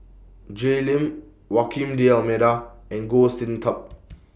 Jay Lim walking D'almeida and Goh Sin Tub